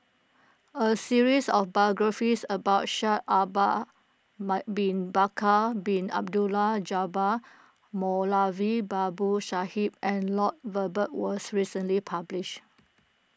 a series of biographies about Shaikh Bin Bakar Bin Abdullah Jabbar Moulavi Babu Sahib and Lloyd Valberg was recently published